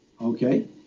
okay